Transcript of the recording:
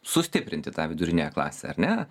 sustiprinti tą viduriniąją klasę ar ne